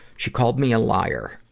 she called me a liar.